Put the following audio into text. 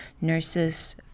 nurses